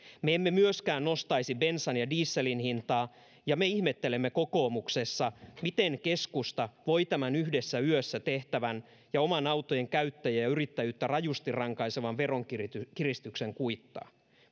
me emme myöskään nostaisi bensan ja dieselin hintaa ja me ihmettelemme kokoomuksessa miten keskusta voi tämän yhdessä yössä tehtävän ja oman autojen käyttäjiä ja yrittäjyyttä rajusti rankaisevan veronkiristyksen kuitata